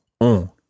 On